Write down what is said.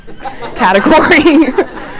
category